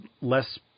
less –